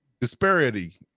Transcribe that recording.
disparity